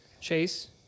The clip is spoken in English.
Chase